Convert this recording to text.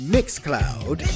Mixcloud